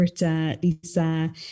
Lisa